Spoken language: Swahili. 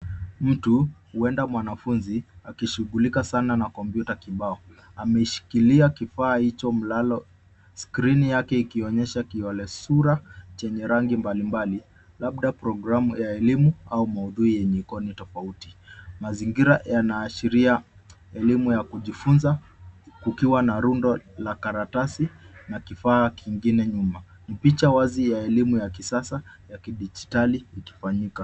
Mtu, huenda mwanafunzi, akishughulika sana na kompyuta kibao. Ameshikilia kifaa hicho mlalo, skrini yake ikionyesha kiole sura chenye rangi mbalimbali, labda programu ya elimu au maudhui yenye ikoni tofauti. Mazingira yanaashiria elimu ya kujifunza, kukiwa na rundo la karatasi na kifaa kingine nyuma. Ni picha wazi ya elimu ya kisasa ya kidijitali ikifanyika.